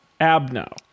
Abno